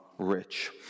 rich